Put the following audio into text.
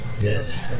Yes